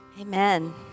Amen